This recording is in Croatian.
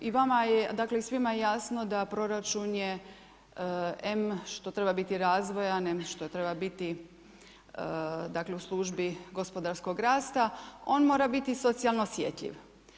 I vama je, dakle i svima je jasno da proračun je em što treba biti razvojan, em što treba biti dakle u službi gospodarskog rasta on mora biti socijalno osjeljiv.